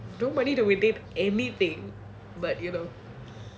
don't money that we need anything but you know